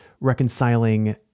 reconciling